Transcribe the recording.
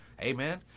Amen